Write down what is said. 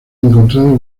encontrado